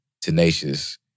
tenacious